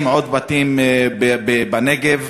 עכשיו קיבלנו עוד ידיעה שהורסים עוד בתים בנגב.